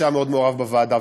שהיה מאוד מעורב בוועדה,